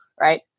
right